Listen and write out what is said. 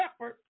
shepherd